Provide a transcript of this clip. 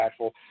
impactful